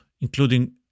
including